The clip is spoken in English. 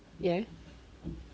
ya